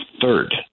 third